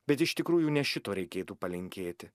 bet iš tikrųjų ne šito reikėtų palinkėti